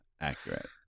accurate